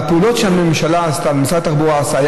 הפעולות שהממשלה עשתה ומשרד התחבורה עשה,